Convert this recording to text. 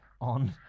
On